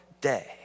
day